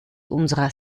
unserer